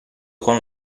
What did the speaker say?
con